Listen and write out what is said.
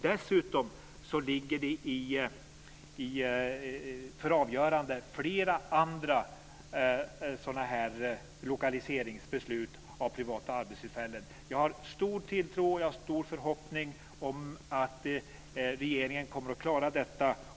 Dessutom ligger det flera andra sådana här lokaliseringsbeslut gällande privata arbetstillfällen för avgörande. Jag har stor tilltro till, och stor förhoppning om, att regeringen kommer att klara detta.